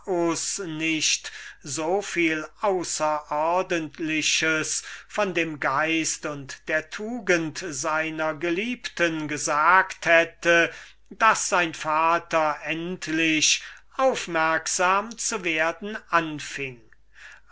sagte so viel außerordentliches von dem geist und der tugend seiner geliebten daß sein vater endlich aufmerksam zu werden